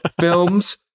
films